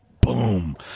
Boom